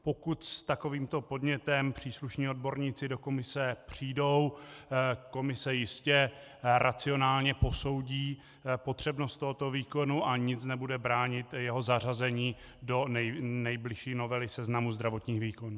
Pokud s takovýmto podnětem příslušní odborníci do komise přijdou, komise jistě racionálně posoudí potřebnost tohoto výkonu a nic nebude bránit jeho zařazení do nejbližší novely seznamu zdravotních výkonů.